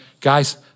guys